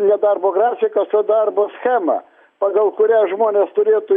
ne darbo grafikas o darbo schema pagal kurią žmonės turėtų